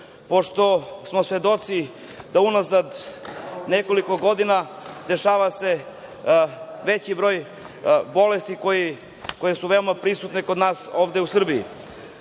pošto smo svedoci da unazad nekoliko godina se dešava veći broj bolesti koje su veoma prisutne ovde kod nas u Srbiji. Prvo